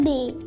Day